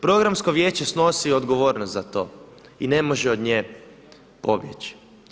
Programsko vijeće snosi odgovornost za to i ne može od nje pobjeći.